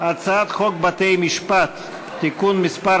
הצעת חוק בתי-המשפט (תיקון מס'